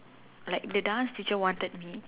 like the dance teacher wanted me